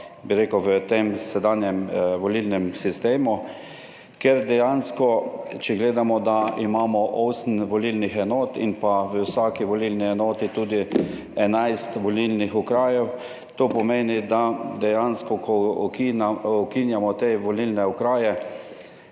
bi rekel, v tem sedanjem volilnem sistemu. Ker dejansko, če gledamo, da imamo osem volilnih enot in pa v vsaki volilni enoti tudi 11 volilnih okrajev to pomeni, da dejansko, ko ukinjamo te volilne okraje,